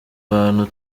bantu